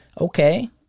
Okay